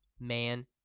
man